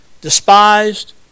despised